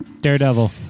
Daredevil